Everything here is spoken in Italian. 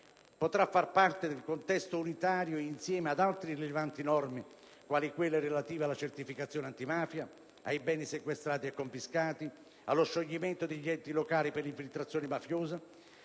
potrà far parte del contesto unitario insieme ad altre rilevanti norme, quali quelle relative alla certificazione antimafia, ai beni sequestrati e confiscati, allo scioglimento degli enti locali per infiltrazione mafiosa,